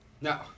No